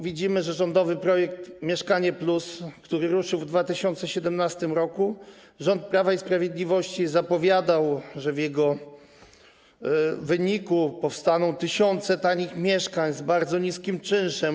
Widzimy, że rządowy projekt „Mieszkanie+”, który ruszył w 2017 r. rząd Prawa i Sprawiedliwości zapowiadał, że w jego wyniku powstaną tysiące tanich mieszkań z bardzo niskim czynszem.